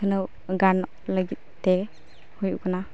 ᱩᱛᱱᱟᱹᱣ ᱜᱟᱱᱚᱜ ᱞᱟᱹᱜᱤᱫᱛᱮ ᱦᱩᱭᱩᱜ ᱠᱟᱱᱟ